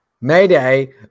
Mayday